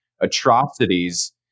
atrocities